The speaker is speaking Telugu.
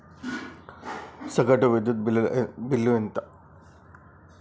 సగటు విద్యుత్ బిల్లు ఎంత?